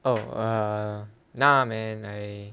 oh ah nah man I